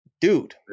Dude